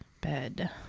bed